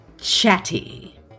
Chatty